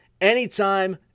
anytime